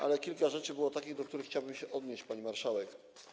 Ale kilka rzeczy było takich, do których chciałbym się odnieść, pani marszałek.